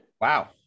Wow